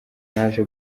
naje